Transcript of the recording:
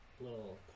little